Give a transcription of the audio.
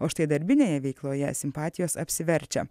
o štai darbinėje veikloje simpatijos apsiverčia